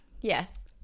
yes